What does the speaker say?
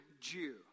Jew